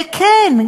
וכן,